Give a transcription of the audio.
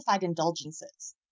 indulgences